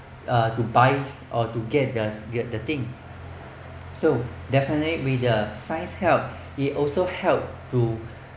uh to buy or to get the get the things so definitely with the science's help it also helps to